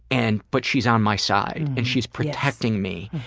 and but she's on my side, and she's protecting me.